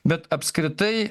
bet apskritai